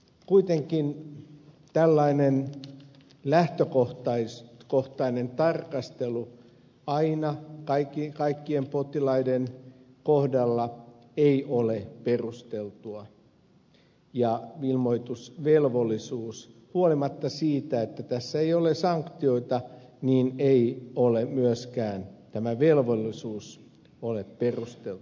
kuitenkaan tällainen lähtökohtainen tarkastelu aina kaikkien potilaiden kohdalla ei ole perusteltua ja ilmoitusvelvollisuus huolimatta siitä että tässä ei ole sanktioita ei ole myöskään perusteltu